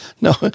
No